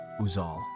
Uzal